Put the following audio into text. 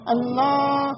Allah